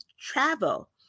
travel